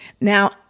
Now